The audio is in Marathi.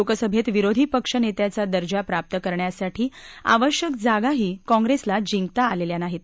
लोकसभेत विरोधी पक्षनेत्याचा दर्जा प्राप्त करण्यासाठी आवश्यक जागाही काँग्रेसला जिंकता आलेल्या नाहीत